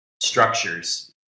structures